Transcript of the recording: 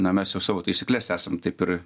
na mes jau savo taisykles esam taip ir